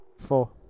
Four